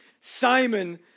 Simon